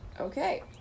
Okay